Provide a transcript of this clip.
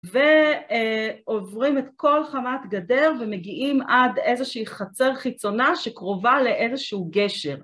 ועוברים את כל חמת גדר ומגיעים עד איזושהי חצר חיצונה שקרובה לאיזשהו גשר.